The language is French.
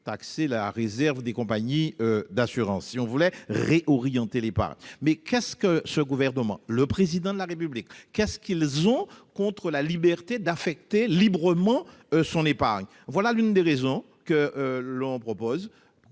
taxer la réserve des compagnies d'assurances s'il voulait réorienter l'épargne. Qu'est-ce que ce gouvernement et le Président de la République ont contre la liberté d'affecter librement son épargne ? Voilà l'une des raisons pour lesquelles